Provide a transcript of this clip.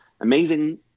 amazing